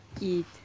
eat